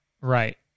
Right